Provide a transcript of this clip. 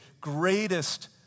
greatest